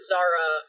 Zara